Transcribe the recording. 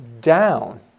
down